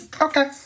Okay